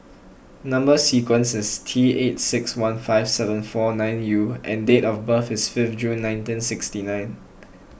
Number Sequence is T eight six one five seven four nine U and date of birth is fifth June nineteen sixty nine